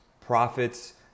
profits